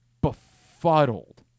befuddled